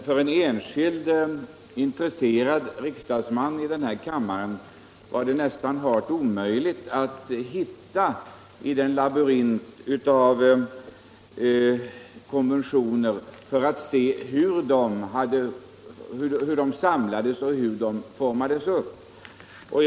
För en enskild intresserad riksdagsman har det nästan varit omöjligt att hitta i den labyrint av FN-konventioner som finns. Någon kontroll på att de uppfylls har man inte från denna horisont.